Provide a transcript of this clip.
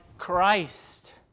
Christ